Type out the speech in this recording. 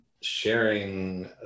sharing